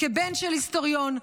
וכבן של היסטוריון,